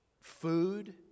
Food